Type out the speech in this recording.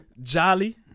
Jolly